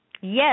Yes